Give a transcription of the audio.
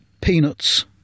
Peanuts